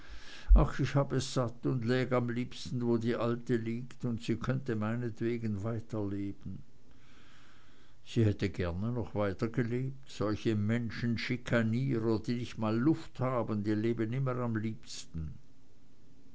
ach ich hab es satt und läg am liebsten wo die alte liegt und sie könnte meinetwegen weiterleben sie hätte gerne noch weitergelebt solche menschenschikanierer die nich mal luft haben die leben immer am liebsten